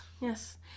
Yes